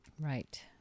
Right